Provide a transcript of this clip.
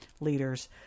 leaders